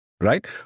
right